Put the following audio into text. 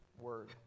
word